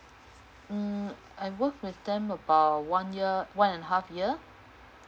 hmm I worked with them about one year one and a half year